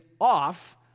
off